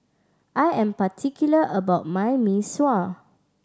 I am particular about my Mee Sua